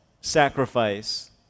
sacrifice